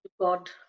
God